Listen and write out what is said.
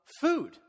food